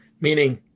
meaning